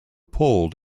pulled